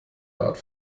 art